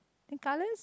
then colors